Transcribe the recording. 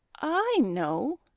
i know.